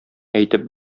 әйтеп